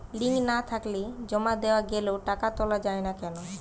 Link না থাকলে জমা দেওয়া গেলেও টাকা তোলা য়ায় না কেন?